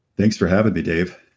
thanks for having me, dave.